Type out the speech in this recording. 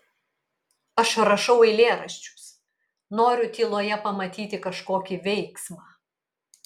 aš rašau eilėraščius noriu tyloje pamatyti kažkokį veiksmą